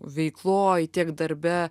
veikloj tiek darbe